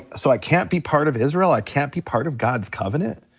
so i can't be part of israel, i can't be part of god's covenant?